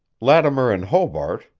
lattimer and hobart,